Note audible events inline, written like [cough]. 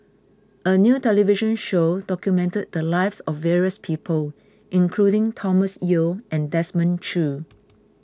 a new television show documented the lives of various people including Thomas Yeo and Desmond Choo [noise]